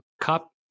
cup